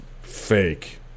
fake